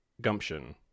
gumption